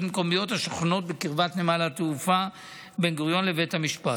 מקומיות השוכנות בקרבת נמל התעופה בן-גוריון לבית המשפט.